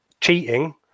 cheating